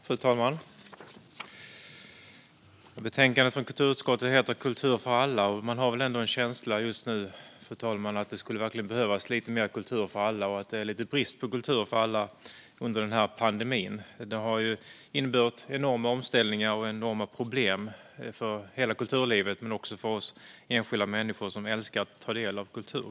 Fru talman! Betänkandet från kulturutskottet heter Kultur för alla , och man har just nu en känsla av att det verkligen behövs mer kultur för alla. Det råder brist på kultur för alla under pandemin. Den har inneburit enorma omställningar och problem för hela kulturlivet och för oss enskilda människor som älskar att ta del av kultur.